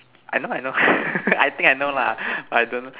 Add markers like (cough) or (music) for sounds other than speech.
I know I know (laughs) I think I know lah but I don't